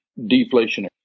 deflationary